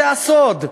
זה הסוד.